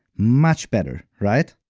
much better, right?